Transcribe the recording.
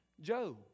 Job